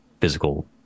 physical